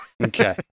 Okay